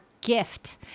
gift